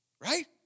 Right